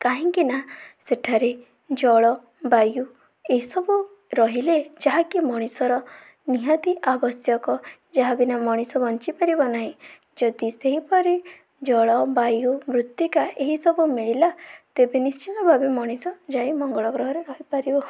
କାହିଁକିନା ସେଠାରେ ଜଳବାୟୁ ଏସବୁ ରହିଲେ ଯାହାକି ମଣିଷର ନିହାତି ଆବଶ୍ୟକ ଯାହା ବିନା ମଣିଷ ବଞ୍ଚିପାରିବ ନାହିଁ ଯଦି ସେହିପରି ଜଳବାୟୁ ମୃତ୍ତିକା ଏହିସବୁ ମିଳିଲା ତେବେ ନିଶ୍ଚିନ୍ତ ଭାବେ ମଣିଷ ଯାଇ ମଙ୍ଗଳ ଗ୍ରହରେ ରହିପାରିବ